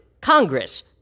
Congress